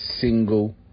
single